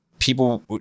People